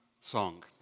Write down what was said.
song